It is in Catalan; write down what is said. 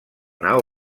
nau